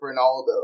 Ronaldo